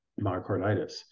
myocarditis